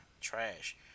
Trash